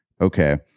okay